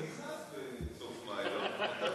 הוא רק נכנס בסוף מאי, לא?